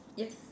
yes